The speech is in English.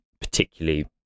particularly